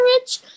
rich